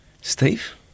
Steve